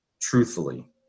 truthfully